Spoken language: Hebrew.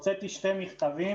הוצאתי שני מכתבים,